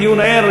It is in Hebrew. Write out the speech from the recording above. דיון ער,